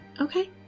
Okay